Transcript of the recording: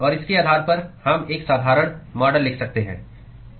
और इसके आधार पर हम एक साधारण मॉडल लिख सकते हैं